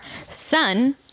Sun